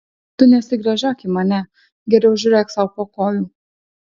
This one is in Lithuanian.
tu nesigręžiok į mane geriau žiūrėk sau po kojų